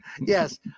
Yes